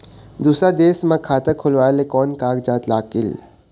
दूसर देश मा खाता खोलवाए ले कोन कागजात लागेल?